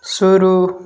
शुरू